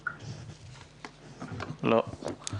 לא.